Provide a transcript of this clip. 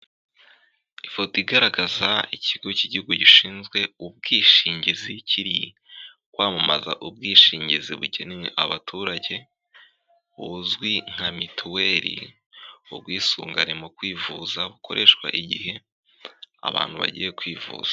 Ifoto igaragaza ikigo cy'igihugu gishinzwe ubwishingizi kiri kwamamaza ubwishingizi bukeneye abaturage buzwi nka mituweli, ubwisungane mu kwivuza bukoreshwa igihe abantu bagiye kwivuza.